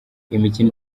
imikino